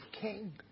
king